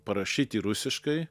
parašyti rusiškai